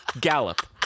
gallop